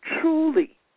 truly